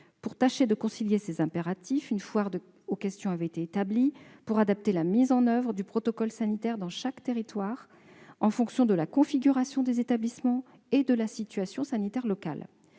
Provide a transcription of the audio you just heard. Pour tâcher de concilier ces impératifs, une foire aux questions a été établie pour adapter la mise en oeuvre du protocole sanitaire dans chaque territoire, en fonction de la configuration des établissements et de la situation sanitaire locale.